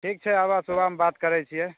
ठीक छै आबह सुबहमे बात करैत छियै